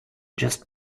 just